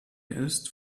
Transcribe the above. ist